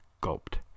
gulped